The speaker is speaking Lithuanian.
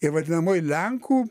ir vadinamai lenkų